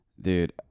dude